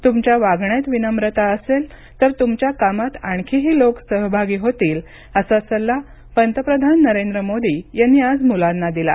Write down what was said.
तुमच्या वागण्यात विनम्रता असेल तर तुमच्या कामात आणखीही लोक सहभागी होतील असा सल्ला पंतप्रधान नरेंद्र मोदी यांनी आज मुलांना दिला